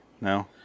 No